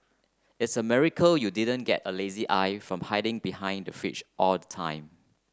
it's a miracle you didn't get a lazy eye from hiding behind the fringe all the time